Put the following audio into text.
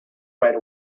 right